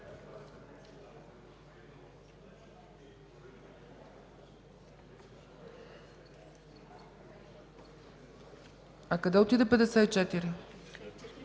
А къде отиде чл.